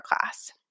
class